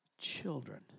children